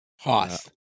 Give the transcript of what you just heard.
hoth